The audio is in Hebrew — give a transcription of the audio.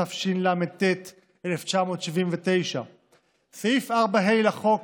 התשל"ט 1979. סעיף 4(ה) לחוק,